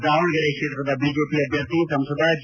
ದಾವಣಗೆರೆ ಕ್ಷೇತ್ರದ ಬಿಜೆಪಿ ಅಭ್ಯರ್ಥಿ ಸಂಸದ ಜಿ